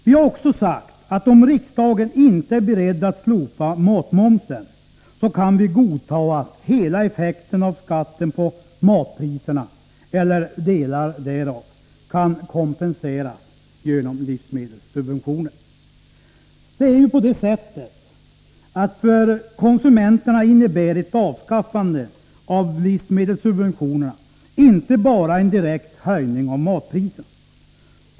Vi har också sagt att vi, om riksdagen inte är beredd att slopa matmomsen, kan godta att hela effekten av skatten på matpriserna, eller delar därav, kompenseras genom livsmedelssubventioner. För konsumenterna innebär ett avskaffande av livsmedelssubventionerna inte bara en direkt höjning av matpriserna.